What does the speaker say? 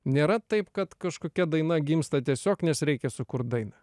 nėra taip kad kažkokia daina gimsta tiesiog nes reikia sukurt dainą